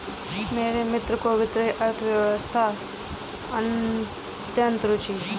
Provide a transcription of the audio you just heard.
मेरे मित्र को वित्तीय अर्थशास्त्र में अत्यंत रूचि है